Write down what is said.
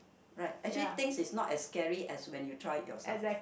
right actually things is not as scary as when you try it yourself